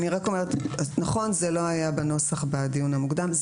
נכון שזה לא היה בנוסח בדיון המוקדם.